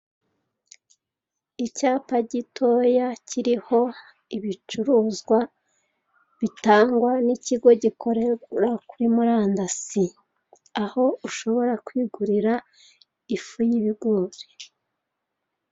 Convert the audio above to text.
Icyapa gitoya kiriho ibicuruzwa bitangwa n'ikigo gikorera kuri murandasi, aho ushobora kwigurira ifu y'ibigori.